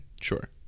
Sure